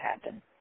happen